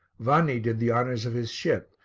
vanni did the honours of his ship,